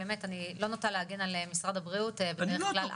באמת אני לא נוטה להגן על משרד הבריאות בדרך כלל,